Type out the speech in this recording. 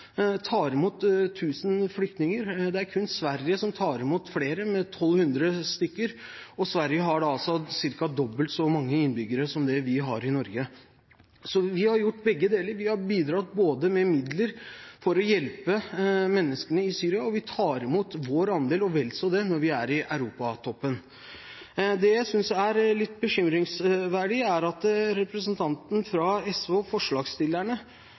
tar imot 1 000 flyktninger. Det er kun Sverige som tar imot flere, med 1 200, og Sverige har ca. dobbelt så mange innbyggere som det vi har i Norge. Så vi har gjort begge deler: Vi har bidratt med midler for å hjelpe menneskene i Syria, og vi tar imot vår andel og vel så det når vi er i Europa-toppen. Det jeg synes er litt bekymringsfullt, er at representantene fra SV – og forslagsstillerne